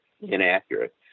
inaccurate